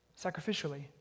sacrificially